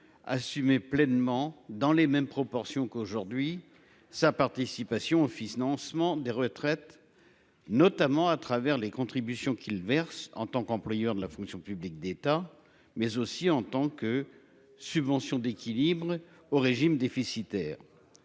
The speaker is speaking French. assumer pleinement dans les mêmes proportions qu'aujourd'hui sa participation au financement des retraites. Notamment à travers les contributions qu'ils versent en tant qu'employeur de la fonction publique d'État, mais aussi en tant que subvention d'équilibre au régimes déficitaires.